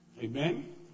Amen